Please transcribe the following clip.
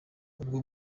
ubwo